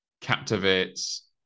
captivates